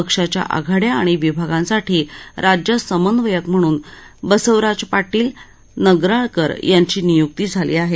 पक्षाच्या आघाड्या आणि विभागांसाठी राज्य समन्वयक म्हणून बसवराज पाधील नगराळकर यांची निय्क्ती झाली आहे